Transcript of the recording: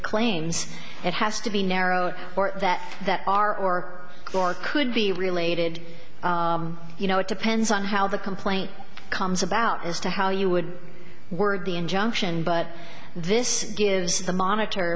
claims it has to be narrowed that that our or or it could be related you know it depends on how the complaint comes about as to how you would word the injunction but this gives the monitor